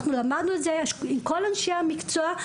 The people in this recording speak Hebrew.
אנחנו למדנו את זה עם כל אנשי המקצוע.